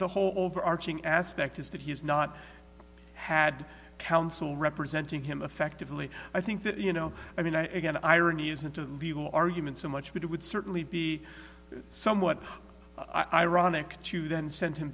the whole overarching aspect is that he has not had counsel representing him effectively i think that you know i mean and again irony isn't a legal argument so much but it would certainly be somewhat ironic to then send him